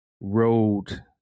road